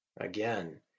Again